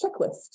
checklist